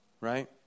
right